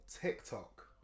TikTok